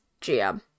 GM